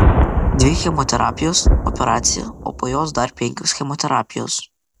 dvi chemoterapijos operacija o po jos dar penkios chemoterapijos